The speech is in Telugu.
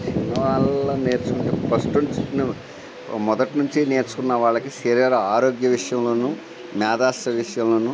చిన్న వాళ్ళు నేర్చుకునేటప్పుడు ఫస్ట్ నుంచి మొదటి నుంచి నేర్చుకున్నవాళ్ళకి శరీర ఆరోగ్య విషయంలోను మేధస్సు విషయంలోను